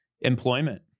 employment